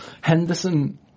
Henderson